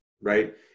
right